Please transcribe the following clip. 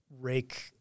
rake